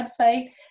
website